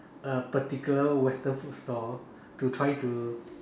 a particular western food store to try to